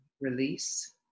release